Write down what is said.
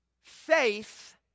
Faith